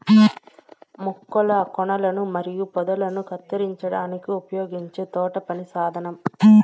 మొక్కల కొనలను మరియు పొదలను కత్తిరించడానికి ఉపయోగించే తోటపని సాధనం